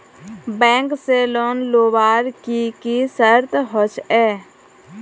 Bank से loan लुबार की की शर्त होचए?